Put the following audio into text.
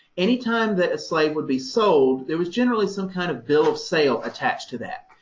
anytime that a slave would be sold, there was generally some kind of bill of sale attached to that.